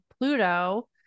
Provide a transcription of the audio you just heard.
Pluto